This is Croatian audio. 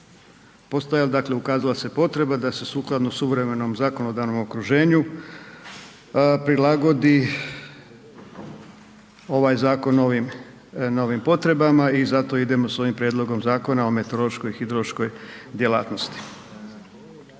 je, dakle ukazala se potreba da se sukladno suvremenom zakonodavnom okruženju prilagodi ovaj zakon novim potrebama i zato idemo sa ovim Prijedlogom zakona o meteorološkoj hidrološkoj djelatnosti.